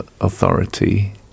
authority